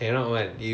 mm